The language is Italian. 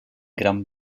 gran